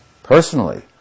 Personally